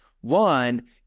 One